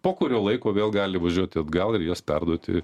po kurio laiko vėl gali važiuoti atgal ir juos perduoti